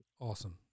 Awesome